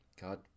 God